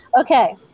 Okay